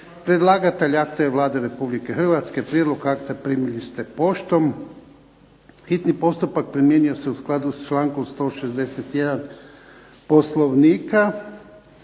Predlagatelj je akta je Vlada Republike Hrvatske. Prijedlog akta primili ste poštom. Hitni postupak primjenjuje se u skladu s člankom 161. Poslovnika.